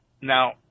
now